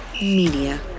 Media